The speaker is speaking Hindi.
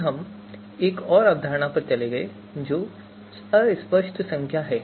फिर हम एक और अवधारणा पर चले गए जो अस्पष्ट संख्या है